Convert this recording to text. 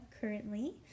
currently